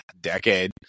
decade